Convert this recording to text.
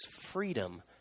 freedom